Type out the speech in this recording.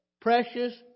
precious